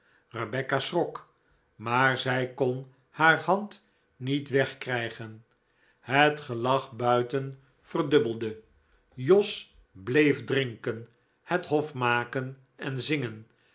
rebecca schrok maar zij kon haar hand niet wegkrijgen het gelach buiten verdubbelde jos bleef drinken het hof maken en zingen